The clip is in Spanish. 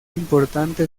importante